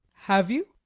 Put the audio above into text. have you?